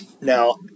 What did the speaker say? Now